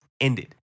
ended